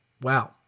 wow